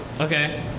Okay